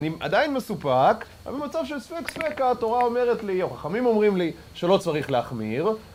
אני עדיין מסופק, אבל במצב של ספק ספקא התורה אומרת לי, או החכמים אומרים לי, שלא צריך להחמיר.